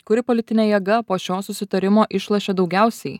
kuri politinė jėga po šio susitarimo išlošė daugiausiai